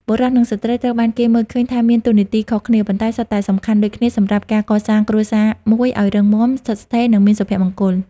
បុរសនិងស្ត្រីត្រូវបានគេមើលឃើញថាមានតួនាទីខុសគ្នា ប៉ុន្តែសុទ្ធតែសំខាន់ដូចគ្នាសម្រាប់ការកសាងគ្រួសារមួយឲ្យរឹងមាំ ស្ថិតស្ថេរ និងមានសុភមង្គល។